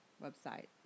website